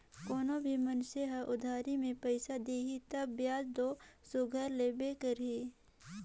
कोनो भी मइनसे हर उधारी में पइसा देही तब बियाज दो सुग्घर लेबे करही